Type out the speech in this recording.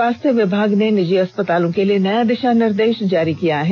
स्वास्थ्य विभाग ने निजी अस्पतालों के लिए नया दिषा निर्देष जारी किया है